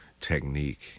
technique